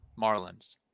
Marlins